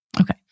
Okay